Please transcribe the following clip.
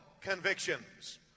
convictions